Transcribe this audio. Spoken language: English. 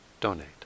donate